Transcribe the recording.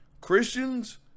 Christians